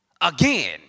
again